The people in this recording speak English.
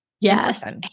Yes